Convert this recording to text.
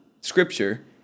scripture